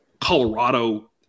Colorado